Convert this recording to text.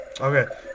Okay